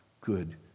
good